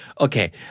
Okay